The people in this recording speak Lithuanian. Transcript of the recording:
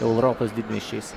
europos didmiesčiais